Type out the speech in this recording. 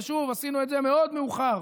ושוב, עשינו את זה מאוד מאוחר.